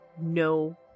no